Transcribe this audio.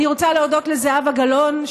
אני רוצה להודות לזהבה גלאון,